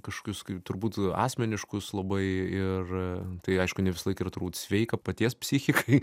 kažkokius kaip turbūt asmeniškus labai ir tai aišku ne visąlaik yra turbūt sveika paties psichikai